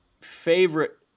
favorite